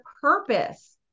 purpose